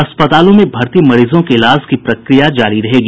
अस्पतालों में भर्ती मरीजों के इलाज के प्रक्रिया भी जारी रहेगी